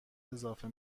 اضافه